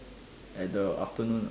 at the afternoon